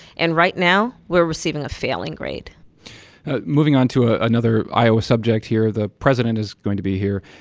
and right now, we're receiving a failing grade moving on to ah another iowa subject here the president is going to be here,